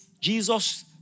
Jesus